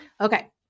Okay